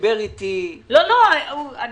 אני מסכימה איתו.